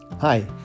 Hi